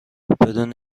بدون